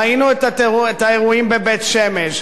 ראינו את האירועים בבית-שמש.